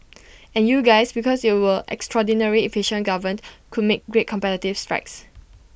and you guys because you were extraordinarily efficient governed could make great competitive strides